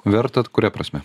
verta kuria prasme